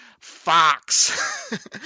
Fox